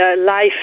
life